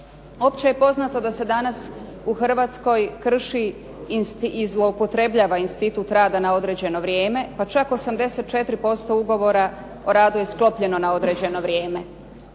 Opće je poznato da se danas u Hrvatskoj krši i zloupotrebljava institut rada na određeno vrijeme, pa čak 84% ugovora o radu je sklopljeno na određeno vrijeme.